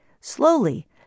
Slowly